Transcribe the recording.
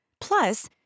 Plus